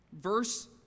verse